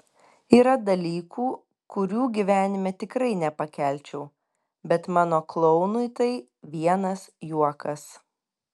yra dalykų kurių gyvenime tikrai nepakelčiau bet mano klounui tai vienas juokas